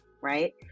Right